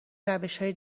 روشهای